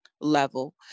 level